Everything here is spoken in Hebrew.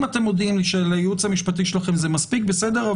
אם אתם מודיעים לי שלייעוץ המשפטי שלכם זה מספיק בסדר,